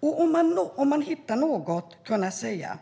Och om man hittar något säga: